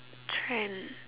trend